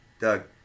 Doug